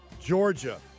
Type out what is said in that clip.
Georgia